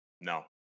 No